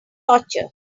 torture